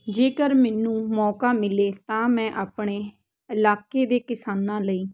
ਜੇਕਰ ਮੈਨੂੰ ਮੌਕਾ ਮਿਲੇ ਤਾਂ ਮੈਂ ਆਪਣੇ ਇਲਾਕੇ ਦੇ ਕਿਸਾਨਾਂ ਲਈ